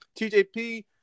TJP